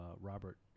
Robert